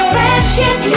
Friendship